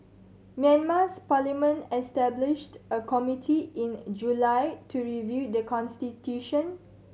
Myanmar's parliament established a committee in July to review the constitution